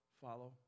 follow